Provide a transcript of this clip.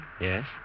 Yes